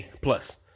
plus